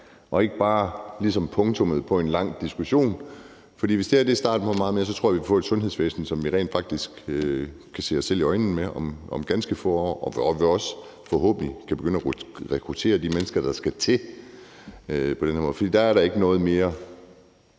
og ikke bare ligesom punktummet for en lang diskussion. For hvis det her er starten på meget mere, tror jeg, at vi kan få et sundhedsvæsen, som vi rent faktisk kan se os selv i øjnene over om ganske få år, og at vi forhåbentlig også på den her måde kan begynde at rekruttere de mennesker, der skal til. For der er da ikke noget mere